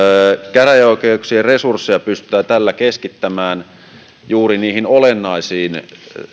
käräjäoikeuksien resursseja pystytään tällä keskittämään juuri niihin olennaisiin